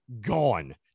gone